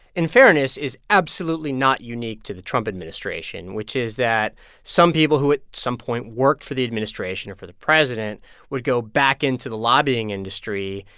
in fairness, is absolutely not unique to the trump administration, which is that some people who at some point worked for the administration or for the president would go back into the lobbying industry.